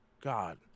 God